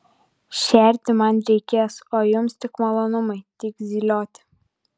šerti man reikės o jums tik malonumai tik zylioti